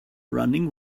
running